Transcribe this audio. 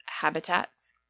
habitats